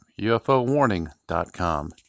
ufowarning.com